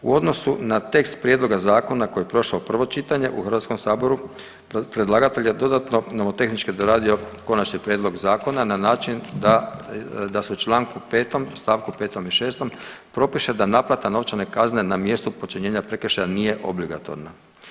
U odnosu na tekst Prijedloga zakona koji je prošao prvo čitanje u HS-u, predlagatelj je dodatno nomotehnički doradio Konačni prijedlog zakona na način da se u čl. 5. st. 5. i 6. propiše da naplata novčane kazne na mjestu počinjenja prekršaja nije obligatorna.